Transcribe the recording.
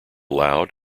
loud